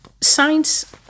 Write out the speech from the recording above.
science